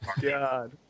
God